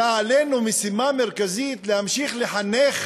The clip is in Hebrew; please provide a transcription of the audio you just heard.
הייתה עלינו משימה מרכזית להמשיך לחנך